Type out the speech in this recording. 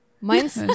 Mine's